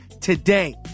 today